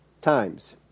times